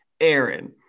Aaron